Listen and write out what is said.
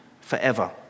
forever